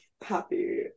happy